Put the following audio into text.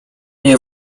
nie